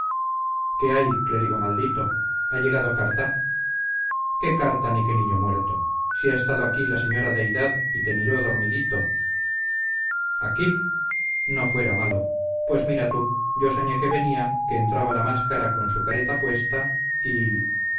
qué hay clérigo maldito ha llegado carta qué carta ni qué niño muerto si ha estado aquí la señora deidad y te miró dormidito aquí no fuera malo pues mira tú yo soñé que venía que entraba la máscara con su careta puesta y